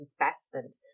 investment